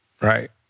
right